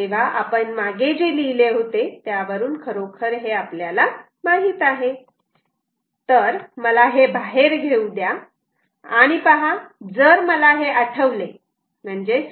तेव्हा आपण मागे जे लिहिले त्यावरून खरोखर आपल्याला हे माहित आहे तर मला हे बाहेर घेऊ द्या आणि पहा जर मला हे आठवले